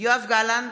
יואב גלנט,